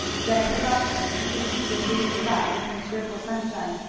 just above him, he could see the blue sky and the cheerful sunshine,